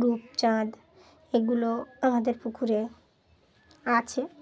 রূপচাঁদ এগুলো আমাদের পুকুরে আছে